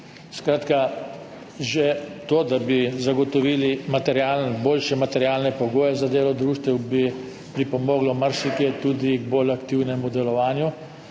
Skratka, že to, da bi zagotovili boljše materialne pogoje za delo društev, bi marsikje pripomoglo tudi k bolj aktivnemu delovanju.